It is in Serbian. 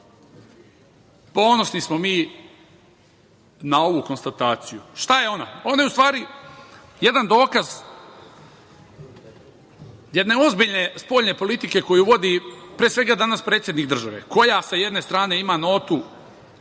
smo mi na ovu konstataciju. Šta je ona? Ona je, u stvari, jedan dokaz jedne ozbiljne spoljne politike koju vodi, pre svega, danas predsednik države, koja sa jedne strane ima notu